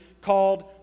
called